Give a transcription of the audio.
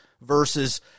versus